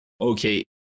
okay